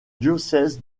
diocèse